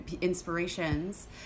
inspirations